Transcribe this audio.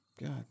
God